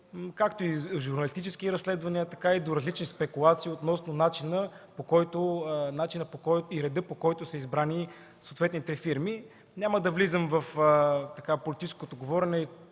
има и журналистически разследвания, до редица спекулации за начина и реда, по който са избрани съответните фирми. Няма да влизам в политическо говорене,